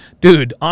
dude